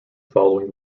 following